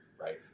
right